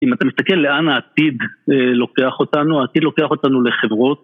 אם אתה מסתכל לאן העתיד לוקח אותנו, העתיד לוקח אותנו לחברות.